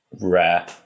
rare